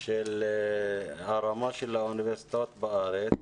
של הרמה של האוניברסיטאות בארץ.